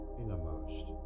innermost